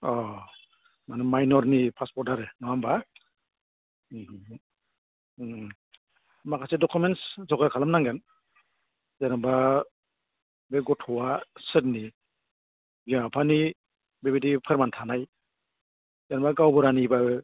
अ माने माइन'रनि पासपर्ट आरो नङा होनबा माखासे डकुमेन्टस जगार खालामनांगोन जेनेबा बे गथ'आ सोरनि बिमा बिफानि बेबायदि फोरमान थानाय जेनबा गावबुरानिबो